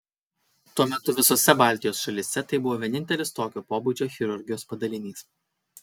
tuo metu visose baltijos šalyse tai buvo vienintelis tokio pobūdžio chirurgijos padalinys